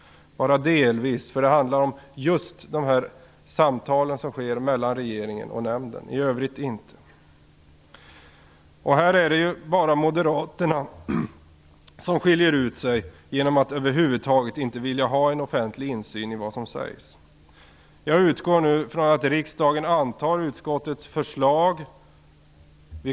Jag säger "delvis", därför att det handlar bara om de samtal som skall ske mellan regeringen och nämnden - inte i övrigt. På denna punkt är det bara moderaterna som skiljer ut sig genom att över huvud taget inte vilja ha offentlig insyn i vad som här sker. Jag utgår nu från att riksdagen antar utskottets förslag.